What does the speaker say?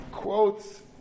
Quotes